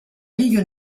ligue